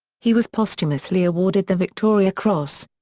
he was posthumously awarded the victoria cross.